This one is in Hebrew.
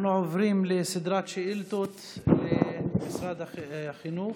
אנחנו עוברים לסדרת שאילתות למשרד החינוך.